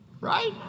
Right